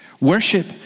Worship